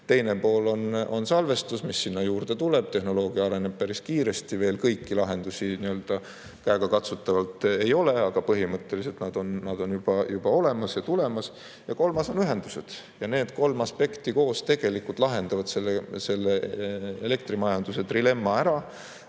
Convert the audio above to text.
teine pool on salvestus, mis sinna juurde tuleb. Tehnoloogia areneb päris kiiresti. Veel kõiki lahendusi käegakatsutavalt ei ole, aga põhimõtteliselt nad on juba olemas ja tulemas. Ja kolmas on ühendused. Need kolm aspekti koos tegelikult lahendavad ära elektrimajanduse trilemma